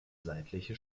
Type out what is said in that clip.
seitliche